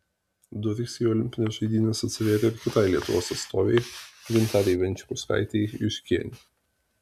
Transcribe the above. durys į olimpines žaidynes atsivėrė ir kitai lietuvos atstovei gintarei venčkauskaitei juškienei